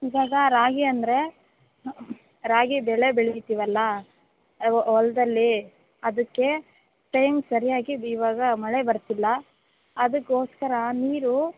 ಈವಾಗ ರಾಗಿ ಅಂದರೆ ರಾಗಿ ಬೆಳೆ ಬೆಳಿತೀವಲ್ಲ ಎವ್ ಹೊಲದಲ್ಲಿ ಅದಕ್ಕೆ ಟೈಮ್ ಸರಿಯಾಗಿ ಈವಾಗ ಮಳೆ ಬರ್ತಿಲ್ಲ ಅದಕ್ಕೋಸ್ಕರ ನೀರು